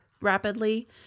rapidly